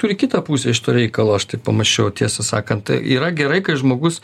turi kitą pusę šito reikalo aš tai pamąsčiau tiesą sakant yra gerai kai žmogus